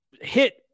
hit